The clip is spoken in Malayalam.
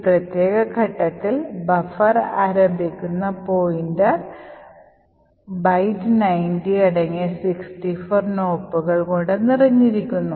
ഈ പ്രത്യേക ഘട്ടത്തിൽ ബഫർ ആരംഭിക്കുന്ന പോയിന്റ്ൽ ബൈറ്റ് 90 അടങ്ങിയ 64 നോപ്പുകൾ കൊണ്ട് നിറഞ്ഞിരിക്കുന്നു